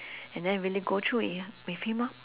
and then really go through it with him lor